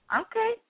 Okay